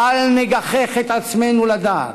בל נגחך את עצמנו לדעת.